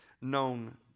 known